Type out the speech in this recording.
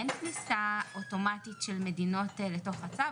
אין כניסה אוטומטית של מדינות לתוך הצו.